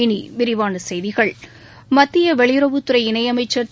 விரிவான செய்திகள் மத்திய வெளியுறவுத்துறை இணையமைச்சர் திரு